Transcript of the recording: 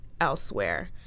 elsewhere